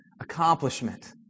Accomplishment